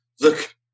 look